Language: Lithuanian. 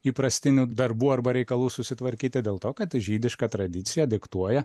įprastinių darbų arba reikalų susitvarkyti dėl to kad žydiška tradicija diktuoja